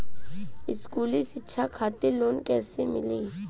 स्कूली शिक्षा खातिर लोन कैसे मिली?